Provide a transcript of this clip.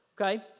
okay